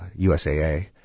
USAA